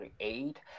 create